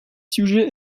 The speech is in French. sujets